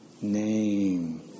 name